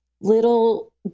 little